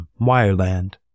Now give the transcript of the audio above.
Wireland